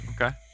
Okay